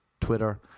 Twitter